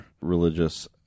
religious